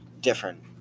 different